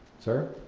sir?